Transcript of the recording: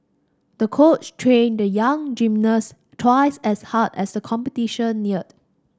the coach trained the young gymnast twice as hard as the competition neared